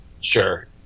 Sure